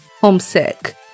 homesick